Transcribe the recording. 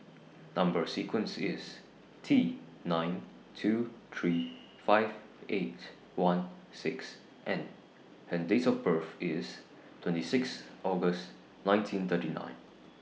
Number sequence IS T nine two three five eight one six N and Date of birth IS twenty six August nineteen thirty nine